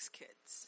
kids